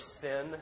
sin